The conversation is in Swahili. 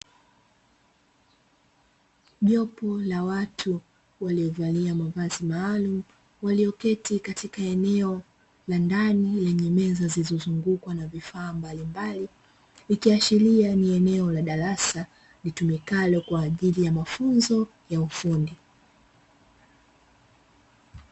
Jopo la watu waliovalia mavazi maalumu walioketi katika eneo la ndani lenye meza zilizozungukwa na vifaa mbalimbali, ikiashiria ni eneo la darasa litumikalo kwa ajili ya mafunzo ya ufundi.